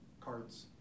cards